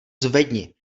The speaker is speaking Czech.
zvedni